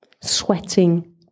sweating